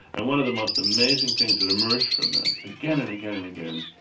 and one of the most amazing things that emerged from them again and again and again,